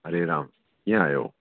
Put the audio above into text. हरे राम कीअं आहियो